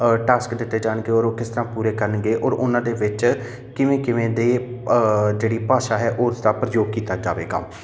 task ਦਿੱਤੇ ਜਾਣਗੇ ਔਰ ਉਹ ਕਿਸ ਤਰ੍ਹਾਂ ਪੂਰੇ ਕਰਨਗੇ ਔਰ ਉਹਨਾਂ ਦੇ ਵਿੱਚ ਕਿਵੇਂ ਕਿਵੇਂ ਦੇ ਜਿਹੜੀ ਭਾਸ਼ਾ ਹੈ ਉਸ ਦਾ ਪ੍ਰਯੋਗ ਕੀਤਾ ਜਾਵੇਗਾ